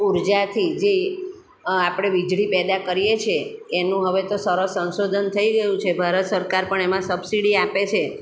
ઊર્જાથી જે આપણે વીજળી પેદા કરીએ છીએ એનું હવે તો સરસ સંશોધન થઈ ગયું છે ભારત સરકાર પણ એમાં સબસીડી આપે છે